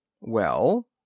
Well